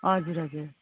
हजुर हजुर